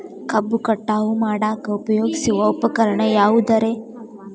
ಕಬ್ಬು ಕಟಾವು ಮಾಡಾಕ ಉಪಯೋಗಿಸುವ ಉಪಕರಣ ಯಾವುದರೇ?